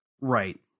Right